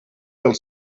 del